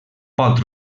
pot